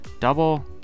Double